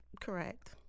Correct